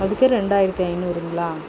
அதுக்கே ரெண்டாயிரத்து ஐநூறுங்களா